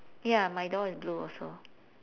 ya my door is blue also